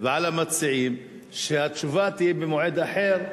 ועל המציעים שהתשובה תהיה במועד אחר,